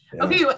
Okay